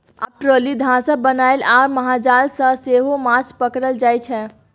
आब ट्रोली, धासा बनाए आ महाजाल सँ सेहो माछ पकरल जाइ छै